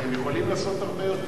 והם יכולים לעשות הרבה יותר.